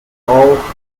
auf